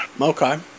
Okay